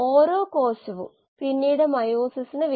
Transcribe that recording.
എന്തുകൊണ്ടാണ് നമ്മൾ ഗ്ലൂക്കോസിനെ നോക്കുന്നത്